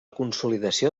consolidació